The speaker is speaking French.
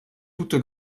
toute